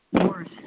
worse